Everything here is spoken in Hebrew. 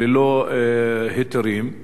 ללא היתרים,